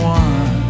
one